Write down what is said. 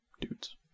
dudes